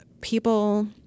people